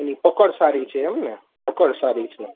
એની પકડ સારી છે એમને પકડ સારી છે